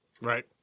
Right